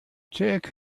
take